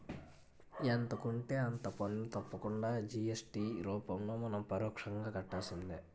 ఎంత కొంటే అంత పన్ను తప్పకుండా జి.ఎస్.టి రూపంలో మనం పరోక్షంగా కట్టాల్సిందే